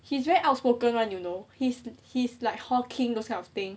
he's very outspoken one you know he's he's like hawking those kind of thing